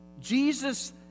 jesus